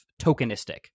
tokenistic